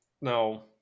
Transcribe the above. Now